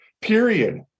period